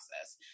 process